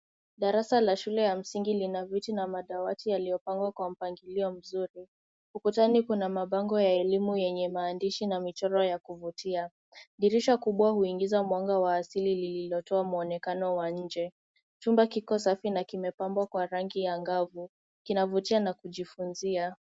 Darasa la shule ya msingi lina viti na madawati yaliyopangwa kwa mpangilio mzuri. Ukutani kuna mabango ya elimu yenye maandishi na michoro ya kuvutia. Dirisha kubwa huingiza mwanga wa asili lililotoa mwonekano wa nje. Chumba kiko safi na kimepambwa kwa rangi ya ng'avu, kinavutia na kujifunzia.